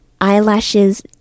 eyelashes